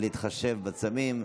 להתחשב בצמים.